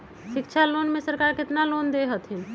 शिक्षा लोन में सरकार केतना लोन दे हथिन?